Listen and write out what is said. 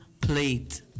plate